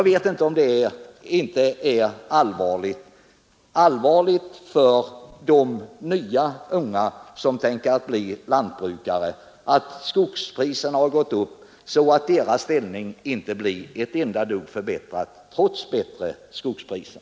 Det måste vara allvarligt för de unga, som tänker bli lantbrukare, att deras ställning inte blir ett dugg förbättrad trots högre skogspriser.